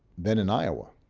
then in iowa,